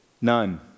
none